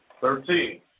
Thirteen